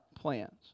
plans